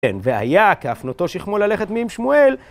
כן, והיה כהפנותו שכמו ללכת מעם שמואל.